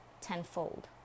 tenfold